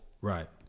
Right